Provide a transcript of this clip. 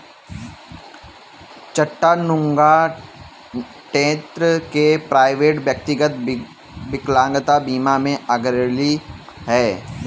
Chattanooga, Tenn के Provident, व्यक्तिगत विकलांगता बीमा में अग्रणी हैं